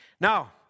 Now